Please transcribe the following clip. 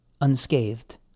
unscathed